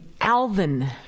Alvin